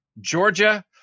Georgia